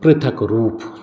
पृथक रूप